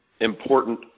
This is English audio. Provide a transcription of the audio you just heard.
important